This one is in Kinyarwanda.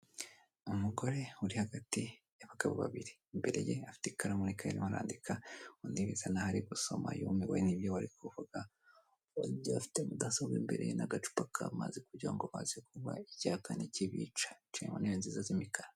Umugore uri hagati y'abagabo babiri, imbere ye afite ikaramu n' kayi arimo arandika. Undi bisa nk'aho ari gusoma yumiwe n'ibyo bari kuvuga. Afite mudasobwa imbere ye n'agacupa k'amazi kugira ngo aze kunywa icyaka nikibica, bicaye mu ntebe nziza z'imikara.